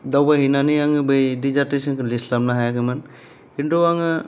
दावबायहैनानै आङो बै डिजार्टेसनखौ लिरस्लाबनो हायाखैमोन किन्तु आङो